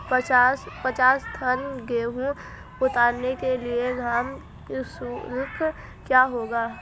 पचास टन गेहूँ उतारने के लिए श्रम शुल्क क्या होगा?